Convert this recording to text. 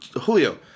Julio